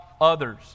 others